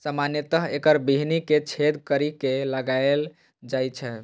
सामान्यतः एकर बीहनि कें छेद करि के लगाएल जाइ छै